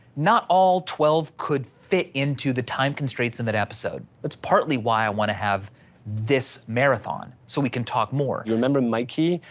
not all twelve could fit into the time constraints in that episode. that's partly why i wanna have this marathon so we can talk more. you remember mikey?